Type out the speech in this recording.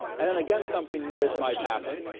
and then again something weird might happen.